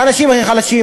האנשים הכי חלשים,